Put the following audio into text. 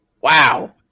Wow